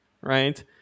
Right